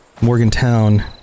Morgantown